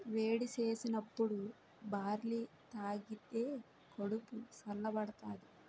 వేడి సేసినప్పుడు బార్లీ తాగిదే కడుపు సల్ల బడతాది